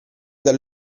dal